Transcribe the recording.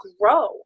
grow